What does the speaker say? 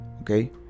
okay